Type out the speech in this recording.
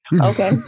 okay